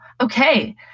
Okay